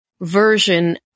version